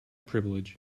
privilege